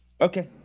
Okay